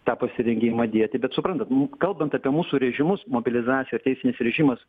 tą pasirengimą dieti bet suprantat mu kalbant apie mūsų režimus mobilizacija ir teisinis režimas